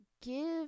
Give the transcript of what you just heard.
give